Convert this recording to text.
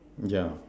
yeah